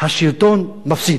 השלטון מפסיד.